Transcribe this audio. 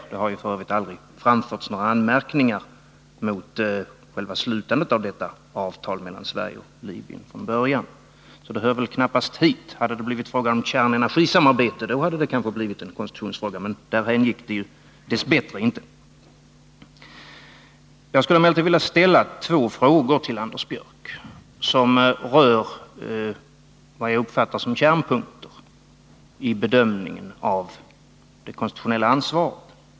Det har f.ö. aldrig framförts några anmärkningar mot själva slutandet av detta avtal mellan Sverige och Libyen från början, och det hör väl knappast hit. Hade det blivit fråga om kärnenergisamarbete, så hade det kanske blivit en konstitutionsfråga, men därhän gick det ju dess bättre inte. Jag skulle emellertid vilja ställa två frågor till Anders Björck som rör vad jag uppfattar som kärnpunkter i bedömningen av det konstitutionella ansvaret.